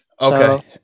Okay